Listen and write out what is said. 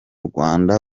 rwanda